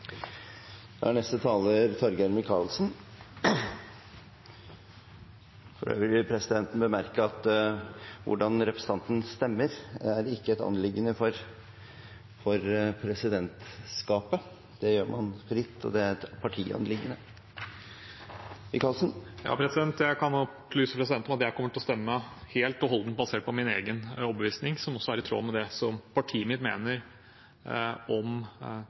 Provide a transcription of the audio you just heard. vil bemerke at hvordan representantene stemmer, er ikke et anliggende for Presidentskapet. Det gjør man fritt, og det er et partianliggende. Jeg kan opplyse presidenten om at jeg kommer til å stemme helt og holdent basert på min egen overbevisning, som også er i tråd med det som partiet mitt mener om